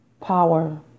power